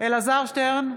אלעזר שטרן,